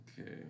Okay